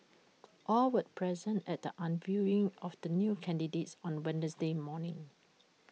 all were present at the unveiling of the new candidates on Wednesday morning